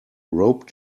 rope